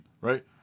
right